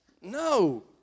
No